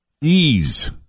ease